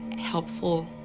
helpful